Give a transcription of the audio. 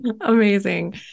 Amazing